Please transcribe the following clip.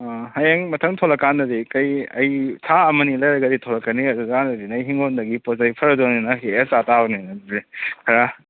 ꯑꯥ ꯍꯌꯦꯡ ꯃꯊꯪ ꯊꯣꯂꯛ ꯀꯥꯟꯗꯗꯤ ꯀꯩ ꯑꯩꯒꯤ ꯊꯥ ꯑꯃꯅꯤ ꯂꯩꯔꯒꯗꯤ ꯊꯣꯂꯛꯀꯅꯤ ꯑꯗꯨ ꯀꯥꯟꯗꯗꯤ ꯅꯪꯒꯤ ꯍꯤꯡꯒꯣꯜꯗꯒꯤ ꯄꯣꯠꯆꯩ ꯐꯔꯗꯧꯅꯤꯅ ꯍꯦꯛꯑ ꯆꯥ ꯇꯥꯕꯅꯤꯅꯦ ꯑꯗꯨꯗꯤ ꯈꯔ